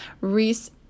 Reese